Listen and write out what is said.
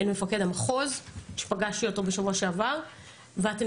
אל מפקד המחוז שפגשתי אותו בשבוע שעבר ואתם